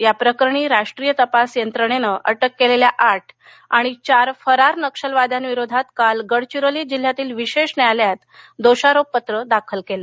या प्रकरणी राष्ट्रीय तपास यंत्रणेनं अटक केलेल्या आठ आणि चार फरार नक्षलवाद्यांविरोधात काल गडचिरोली जिल्ह्यातील विशेष न्यायालयात दोषारोपपत्र दाखल केले